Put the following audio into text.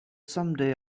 someday